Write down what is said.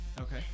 Okay